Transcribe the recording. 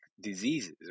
diseases